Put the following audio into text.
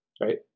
right